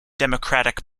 democratic